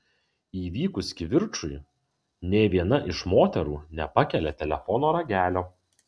įvykus kivirčui nė viena iš moterų nepakelia telefono ragelio